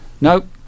nope